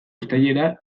uztailera